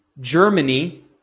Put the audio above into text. Germany